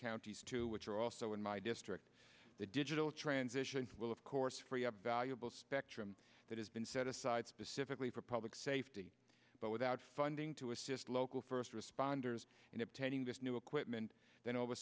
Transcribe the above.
counties to which are also in my district the digital transition will of course free up valuable spectrum that has been set aside specifically for public safety but without funding to assist local first responders in obtaining this new equipment then